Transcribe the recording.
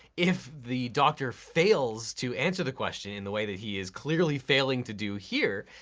if the doctor fails to answer the question in the way that he is clearly failing to do here,